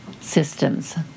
systems